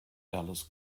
dallas